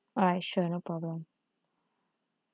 alright sure no problem